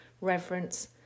reverence